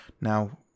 now